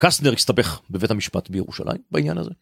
קסטנר הסתבך בבית המשפט בירושלים בעניין הזה.